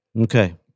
Okay